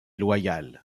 loyal